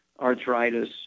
arthritis